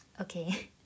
Okay